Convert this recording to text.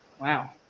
Wow